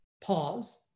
Pause